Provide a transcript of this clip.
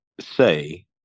say